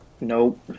Nope